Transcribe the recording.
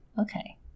Okay